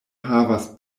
havas